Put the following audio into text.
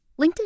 LinkedIn